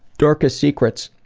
darkest secret?